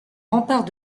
remparts